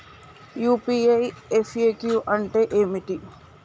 UPI FAQ అంటే ఏమిటి?